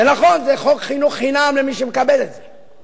זה נכון, זה חוק חינם למי שמקבל את זה,